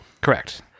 Correct